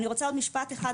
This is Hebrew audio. יש הסכמות על רכישה נקודתית,